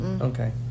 Okay